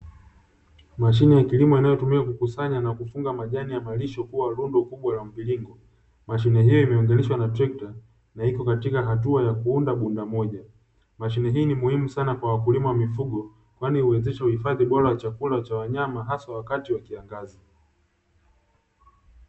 Mashine ya kilimo inayotumika kukusanya na kufunga majani ya malisho kuwa rundo kubwa la mviringo. Mashine hii imeunganishwa na trekta na iko katika hatua ya kuunda bunda moja. Mashine hii ni muhimu sana kwa wakulima wa mifugo kwani huwezesha uhifadhi bora wa chakula cha wanyama, hasa wakati wa kiangazi.